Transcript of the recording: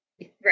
Right